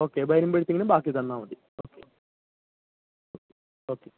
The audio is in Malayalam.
ഓക്കെ വരുമ്പോഴത്തേക്കിനും ബാക്കി തന്നാൽമതി ഓക്കെ ഓക്കെ ഓക്കെ